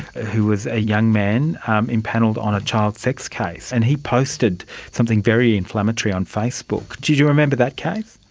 who was a young man um empanelled empanelled on a child sex case, and he posted something very inflammatory on facebook. do you remember that case?